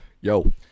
Yo